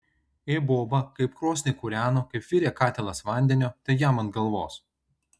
ė boba kaip krosnį kūreno kaip virė katilas vandenio tai jam ant galvos